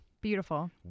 Beautiful